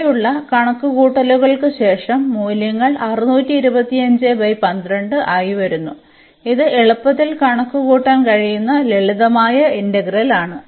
ഇവിടെയുള്ള കണക്കുകൂട്ടലുകൾക്ക് ശേഷം മൂല്യങ്ങൾ ആയി വരുന്നു ഇത് എളുപ്പത്തിൽ കണക്കുകൂട്ടാൻ കഴിയുന്ന ലളിതമായ ഇന്റഗ്രലാണ്